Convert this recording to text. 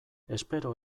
espero